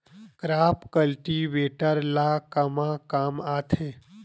Crop cultivator ला कमा काम आथे?